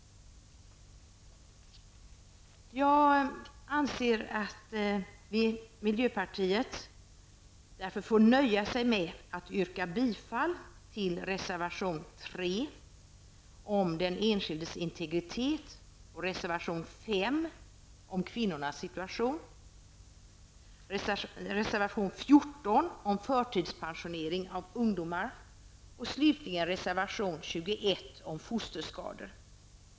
Miljöpartiet nöjer sig här med att yrka bifall till reservation 3 om den enskildes integritet, reservation 5 om kvinnornas situation, reservation 14 om förtidspensionering av ungdomar och slutligen reservation 21 om fosterskador.